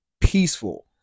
peaceful